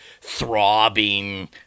throbbing